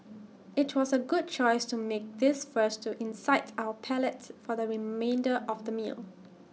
IT was A good choice to make this first to incite our palate for the remainder of the meal